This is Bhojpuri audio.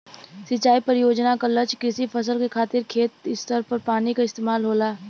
सिंचाई परियोजना क लक्ष्य कृषि फसल के खातिर खेत स्तर पर पानी क इस्तेमाल होला